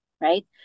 right